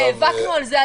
נאבקנו על זה,